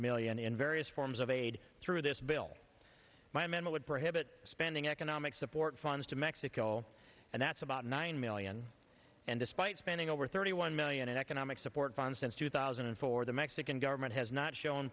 million in various forms of aid through this bill my mental would prohibit spending economic support funds to mexico and that's about nine million and despite spending over thirty one million in economic support funds since two thousand and four the mexican government has not shown